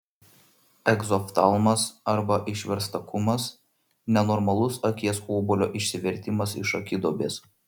egzoftalmas arba išverstakumas nenormalus akies obuolio išsivertimas iš akiduobės